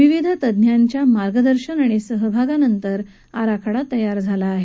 विविध तज्ञांच्या मार्गदर्शन आणि सहभागानंतर हा आराखडा तयार करण्यात आला आहे